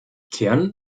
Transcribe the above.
kern